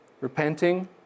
repenting